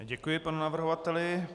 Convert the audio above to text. Děkuji panu navrhovateli.